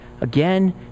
again